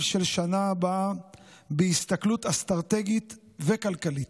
של השנה הבאה בהסתכלות אסטרטגית וכלכלית: